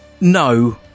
No